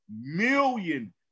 million